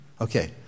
Okay